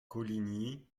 coligny